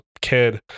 kid